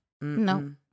No